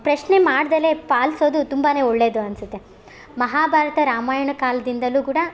ಪ್ರಶ್ನೆ ಮಾಡ್ದೇನೇ ಪಾಲಿಸೋದು ತುಂಬಾ ಒಳ್ಳೆಯದು ಅನಿಸುತ್ತೆ ಮಹಾಭಾರತ ರಾಮಾಯಣ ಕಾಲ್ದಿಂದಲೂ ಕೂಡ